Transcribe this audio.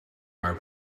our